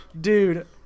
Dude